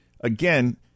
again